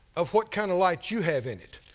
of what kind of light you have in it.